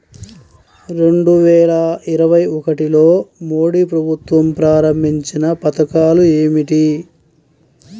రెండు వేల ఇరవై ఒకటిలో మోడీ ప్రభుత్వం ప్రారంభించిన పథకాలు ఏమిటీ?